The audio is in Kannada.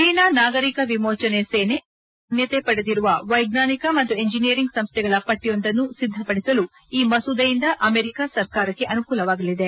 ಚೀನಾ ನಾಗರಿಕ ವಿಮೋಚನೆ ಸೇನೆ ಪಿಎಲ್ಎ ಮಾನ್ಯತೆ ಪಡೆದಿರುವ ವೈಜ್ಞಾನಿಕ ಮತ್ತು ಎಂಜಿನಿಯರಿಂಗ್ ಸಂಸ್ಥೆಗಳ ಪಟ್ಟಿಯೊಂದನ್ನು ಸಿದ್ದಪದಿಸಲು ಈ ಮಸೂದೆಯಿಂದ ಅಮೆರಿಕಾ ಸರ್ಕಾರಕ್ಕೆ ಅನುಕೂಲವಾಗಲಿದೆ